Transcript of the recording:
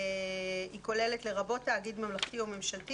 היא כוללת "לרבות תאגיד ממלכתי או ממשלתי